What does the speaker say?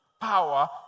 power